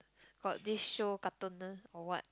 got this show cartoon ah or what